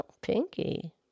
Pinky